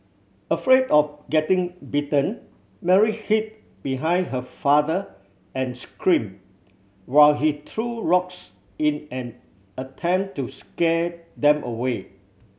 afraid of getting bitten Mary hid behind her father and scream while he threw rocks in an attempt to scare them away